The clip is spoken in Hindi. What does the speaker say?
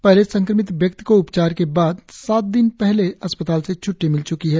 पहले संक्रमित व्यक्ति को उपचार के बाद सात दिन पहले अस्पताल से छ्ट्टी मिल च्की है